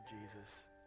Jesus